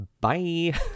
bye